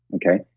okay?